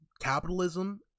capitalism